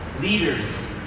leaders